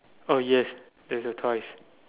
oh yes there is a toys